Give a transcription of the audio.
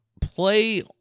play